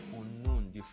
unknown